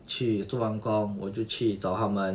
去做完工我就去找他们